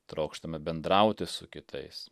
trokštame bendrauti su kitais